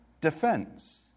defense